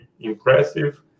impressive